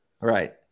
Right